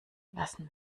lassen